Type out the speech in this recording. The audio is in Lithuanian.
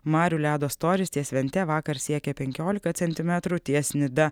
marių ledo storis ties vente vakar siekė penkiolika centimetrų ties nida